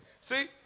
See